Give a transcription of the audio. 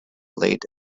late